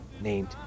named